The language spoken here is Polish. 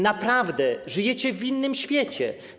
Naprawdę, żyjecie w innym świecie.